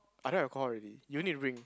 I don't have alcohol already you need to bring